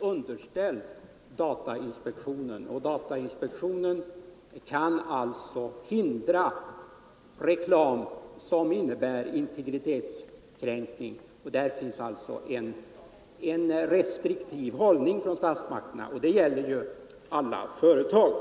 underställd datainspektionen och datainspektionen kan hindra reklam som innebär integritetskränkning. Statsmakterna har alltså genom inspektionen skapat förutsättningar för en restriktiv bedömning. Det gäller alla företag.